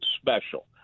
special